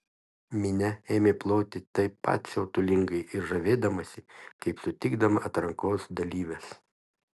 minia ėmė ploti taip pat siautulingai ir žavėdamasi kaip sutikdama atrankos dalyves